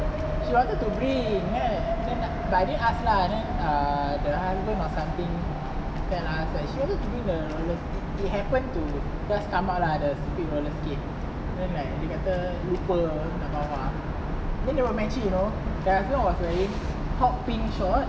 she wanted to bring then but but I didn't ask lah then err the husband or something tell us she wanted to bring the roller it happen to just come out lah the speed roller skate then like dia kata lupa nak bawa then they were matching you know the husband was wearing hot pink short